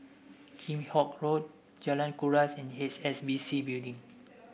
Kheam Hock Road Jalan Kuras and H S B C Building